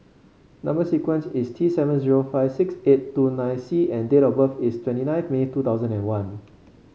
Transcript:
number sequence is T seven zero five six eight two nine C and date of birth is twenty nine May two thousand and one